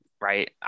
right